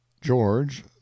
George